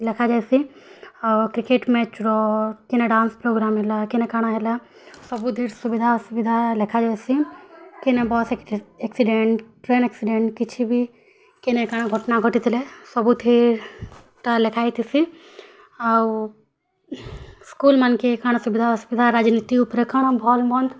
ଲେଖା ଯାଇସି ଆଉ କ୍ରିକେଟ୍ ମ୍ୟାଚ୍ର କିନେ ଡ୍ୟାନ୍ସ ପ୍ରୋଗ୍ରାମ୍ ହେଲା କିନେ କ'ଣ ହେଲା ସବୁଥିର୍ ସୁବିଧା ଅସୁବିଧା ଲେଖା ଯାସି କିନେ ବସ୍ ଆକ୍ସିଡ଼େଣ୍ଟ ଟ୍ରେନ୍ ଆକ୍ସିଡେଣ୍ଟ କିଛି ବି କିନେ କ'ଣ ଘଟଣା ଘଟି ଥିଲେ ସବୁ ଥିର୍ଟା ଲେଖା ହେଇ ଥିସି ଆଉ ସ୍କୁଲ୍ମାନ୍ଙ୍କେ କଣ ସୁବିଧା ଅସୁବିଧା ରାଜନୀତି ଉପରେ କଣ ଭଲ୍ ମନ୍ଦ୍